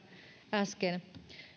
äsken